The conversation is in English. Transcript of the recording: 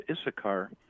Issachar